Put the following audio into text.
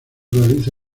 realiza